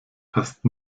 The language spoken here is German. passt